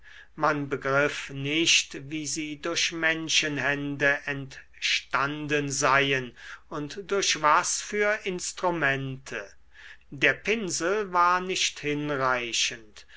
man begriff nicht wie sie durch menschenhände entstanden seien und durch was für instrumente der pinsel war nicht hinreichend